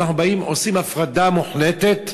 אנחנו באים ועושים הפרדה מוחלטת,